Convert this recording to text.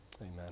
Amen